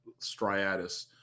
striatus